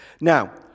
Now